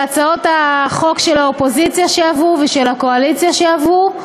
רשימה של הצעות החוק של האופוזיציה שעברו ושל הקואליציה שעברו.